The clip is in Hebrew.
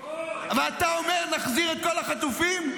ואתה אומר: נחזיר את כל החטופים?